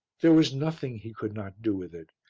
there was nothing he could not do with it,